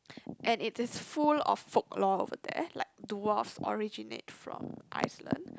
and it is full of folklore over there like dwarves originate from Iceland